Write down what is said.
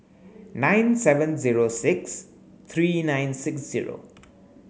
nine seven zero six three nine six zero